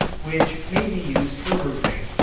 which may be used for roofing,